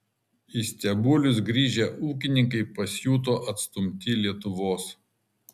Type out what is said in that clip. į stebulius grįžę ūkininkai pasijuto atstumti lietuvos